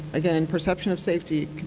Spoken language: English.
again, perception of safety,